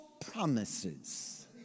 promises